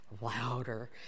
louder